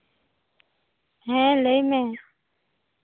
ᱦᱮᱸ ᱞᱟᱹᱭ ᱢᱮ